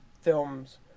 films